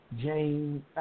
James